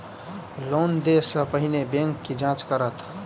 Loan देय सा पहिने बैंक की जाँच करत?